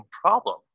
problem